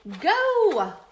go